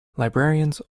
librarians